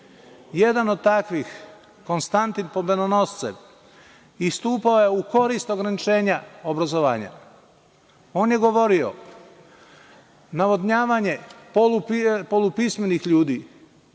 Jedan od takvih Konstantin Pobedonoscev istupao je u korist ograničenja obrazovanja. On je govorio – navodnjavanje polupismenih ljudi